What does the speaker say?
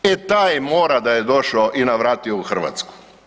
E taj mora da je došao i navratio u Hrvatsku.